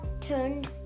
turned